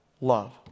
love